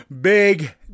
Big